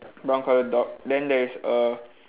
brown colour dog then there is a